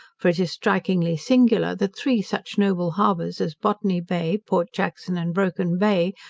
for it is strikingly singular that three such noble harbours as botany bay, port jackson, and broken bay,